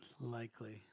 likely